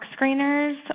screeners